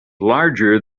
larger